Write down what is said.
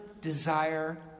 desire